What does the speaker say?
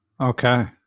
Okay